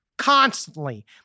constantly